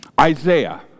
isaiah